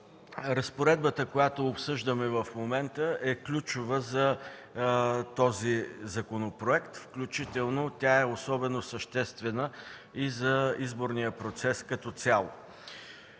разпоредбата, която обсъждаме в момента, е ключова за този законопроект, включително е особено съществена и за изборния процес като цяло.